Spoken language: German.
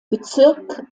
bezirk